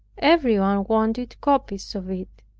everyone wanted copies of it.